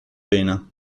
pena